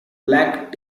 black